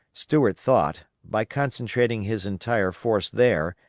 stuart thought, by concentrating his entire force there,